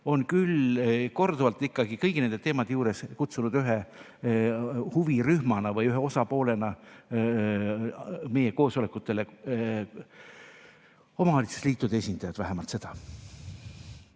on küll korduvalt ikkagi kõigi nende teemade juures kutsunud ühe huvirühma või ühe osapoolena meie koosolekutele omavalitsusliitude esindajad. Vähemalt seda.